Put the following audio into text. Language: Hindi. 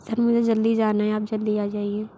सर मुझे जल्दी जाना है आप जल्दी आ जाइए